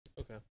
Okay